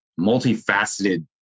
multifaceted